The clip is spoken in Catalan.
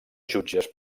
jutges